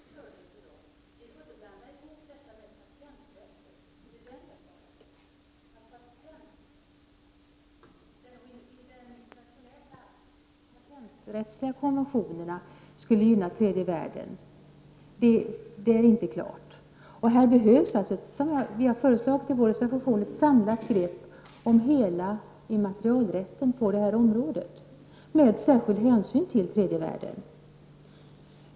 Herr talman! När det gäller tredje världens problem håller jag med om att biotekniken i vissa fall kan vara till fördel för u-länderna. Vi får inte blanda ihop detta med patenträtten. Att patent enligt de internationella patenträttsliga konventionerna skulle gynna tredje världen är inte klart. Vi har i vår reservation föreslagit att det skall tas ett samlat grepp om hela immaterialrätten på detta område med särskild hänsyn till tredje världen.